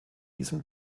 diesem